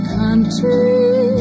country